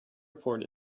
report